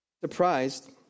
Surprised